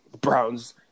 Browns